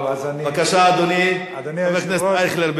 בבקשה, אדוני חבר הכנסת אייכלר.